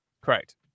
Correct